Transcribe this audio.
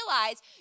realize